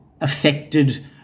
affected